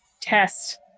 test